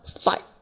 fight